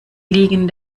liegen